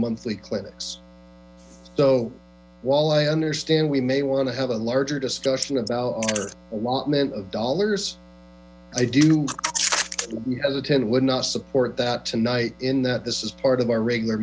monthly clinics so while i understand we may want to have a larger discussion about our allotment of dollars i do hesitant would not support that tonight in that this is part of our regular